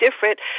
different